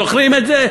זוכרים את זה?